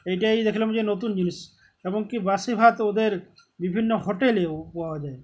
এইটাই দেখলাম যে নতুন জিনিস এবং এমনকি বাসি ভাত ওদের বিভিন্ন হোটেলেও পাওয়া যায়